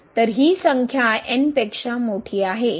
तर ही संख्या एन पेक्षा मोठी आहे